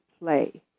play